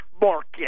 market